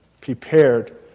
prepared